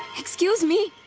excuse me.